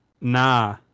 nah